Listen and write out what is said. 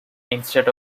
instead